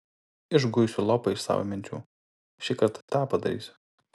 išguisiu lopą iš savo minčių šįkart tą padarysiu